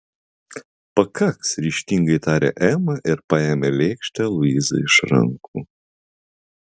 pakaks ryžtingai tarė ema ir paėmė lėkštę luizai iš rankų